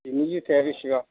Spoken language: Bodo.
जिनि जुथाया बिसिबां